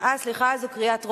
סליחה, זו קריאה טרומית?